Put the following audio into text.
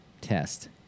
test